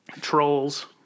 Trolls